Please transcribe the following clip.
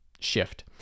shift